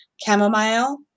chamomile